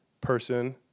person